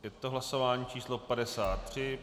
Je to hlasování číslo 53.